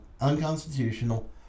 unconstitutional